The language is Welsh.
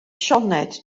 sioned